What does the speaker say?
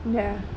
ya